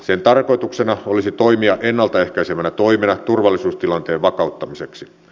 sen tarkoituksena olisi toimia ennalta ehkäisevänä toimena turvallisuustilanteen vakauttamiseksi